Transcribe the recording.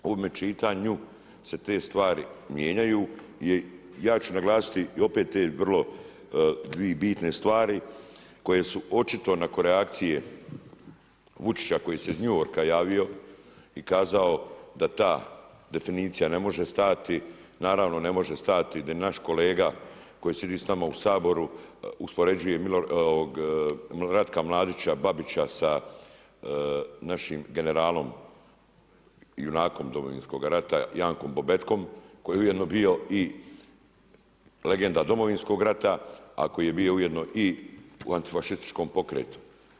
U ovome čitanju se te stvari mijenjaju, ja ću naglasiti i opet te vrlo dvije bitne stvari koje su očito nakon reakcije Vučića koji se iz New Yorka javio i kazao da ta definicija ne može stajati, naravno ne može stajati di naš kolega koji sjedi s nama u Saboru uspoređuje Ratka Mladića, Babića sa našim generalom junakom Domovinskog rata Jankom Bobetkom koji je ujedno bio i legenda Domovinskog rata a koji je ujedno bio i antifašističkom pokretu.